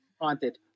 Haunted